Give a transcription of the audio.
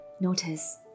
Notice